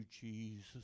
Jesus